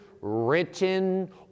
written